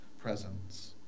presence